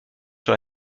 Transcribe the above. sur